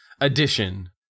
addition